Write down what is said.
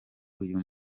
uyu